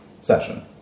session